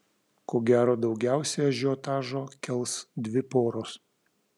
ko gero daugiausiai ažiotažo kels dvi poros